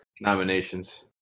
nominations